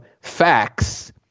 facts –